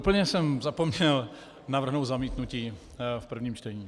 Úplně jsem zapomněl navrhnout zamítnutí v prvním čtení.